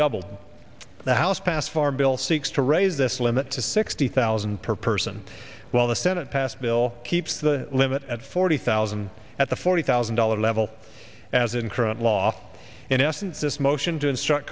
doubled the house pass farm bill seeks to raise this limit to sixty thousand per person while the senate passed bill keeps the limit at forty thousand at the forty thousand dollars level as in current law in essence this motion to instruct